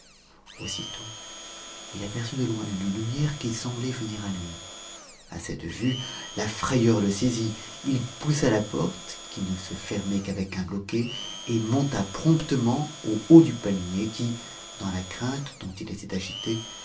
aussitôt il aperçut de loin une lumière qui semblait venir à lui a cette vue la frayeur le saisit il poussa la porte qui ne se fermait qu'avec un loquet et monta promptement au haut du palmier qui dans a crainte dont il était agité